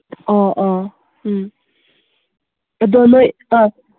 ꯑꯥ ꯑꯥ ꯎꯝ ꯑꯗꯣ ꯅꯣꯏ ꯑꯥ